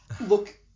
Look